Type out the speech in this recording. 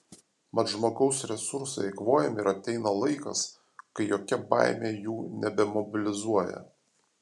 mat žmogaus resursai eikvojami ir ateina laikas kai jokia baimė jų nebemobilizuoja